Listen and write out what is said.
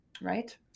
Right